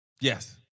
Yes